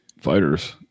fighters